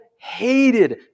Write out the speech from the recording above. hated